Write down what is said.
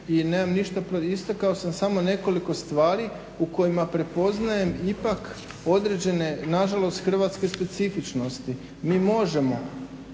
na njenom tragu i istakao sam samo nekoliko stvari u kojima prepoznajem ipak određene nažalost hrvatske specifičnosti. Mi možemo